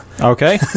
Okay